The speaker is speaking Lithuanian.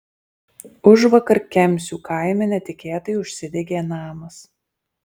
užvakar kemsių kaime netikėtai užsidegė namas